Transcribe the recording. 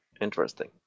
interesting